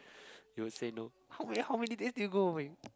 you would say no how many how many days did you go away